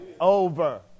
Over